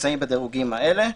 נמצאים בדירוגים האלה.